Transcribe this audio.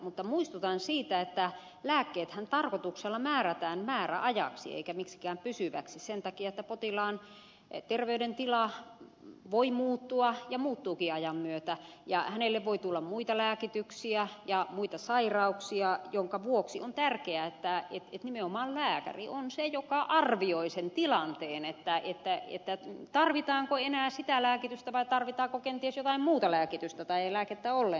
mutta muistutan siitä että lääkkeethän tarkoituksella määrätään määräajaksi eikä miksikään pysyväksi sen takia että potilaan terveydentila voi muuttua ja muuttuukin ajan myötä ja hänelle voi tulla muita lääkityksiä ja muita sairauksia minkä vuoksi on tärkeää että nimenomaan lääkäri on se joka arvioi sen tilanteen tarvitaanko enää sitä lääkitystä vai tarvitaanko kenties jotain muuta lääkitystä tai ei lääkettä ollenkaan